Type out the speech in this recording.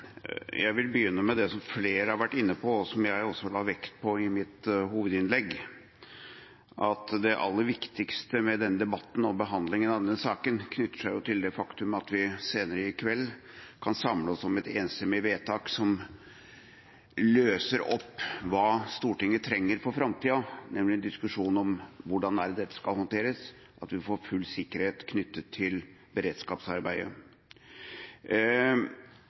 Jeg vil begynne med det som flere har vært inne på, og som jeg også la vekt på i mitt hovedinnlegg, at det aller viktigste med denne debatten og behandlingen av denne saken, knytter seg til det faktum at vi senere i kveld kan samle oss om et enstemmig vedtak som løser opp hva Stortinget trenger for framtida, nemlig en diskusjon om hvordan dette skal håndteres, at en får full sikkerhet knyttet til beredskapsarbeidet.